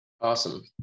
Awesome